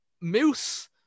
Moose